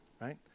right